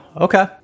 okay